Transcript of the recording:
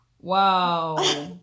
Wow